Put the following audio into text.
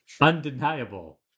undeniable